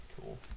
Cool